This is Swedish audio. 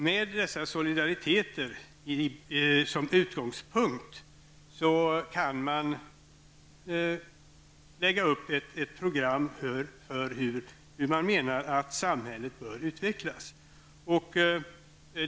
Med dessa solidariteter som utgångspunkt kan man lägga upp ett program för hur man menar att samhället bör utvecklas.